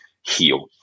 heal